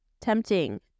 tempting